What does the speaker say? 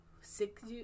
six